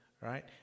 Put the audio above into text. right